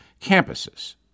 campuses